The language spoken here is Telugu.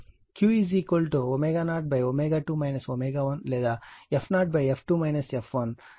కాబట్టి ఈ Q ω0 ω2 ω1 లేదా f0 f2 f1 f0 bandwidth అని వ్రాయగలము